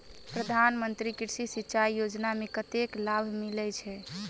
प्रधान मंत्री कृषि सिंचाई योजना मे कतेक लाभ मिलय छै?